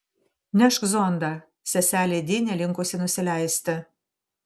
nešk zondą seselė di nelinkusi nusileisti